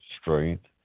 strength